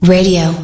Radio